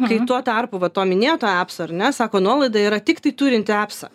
kai tuo tarpu va to minėto epso ar ne sako nuolaida yra tiktai turint epsą